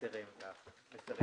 אנחנו מסירים את הבקשה.